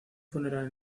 funeral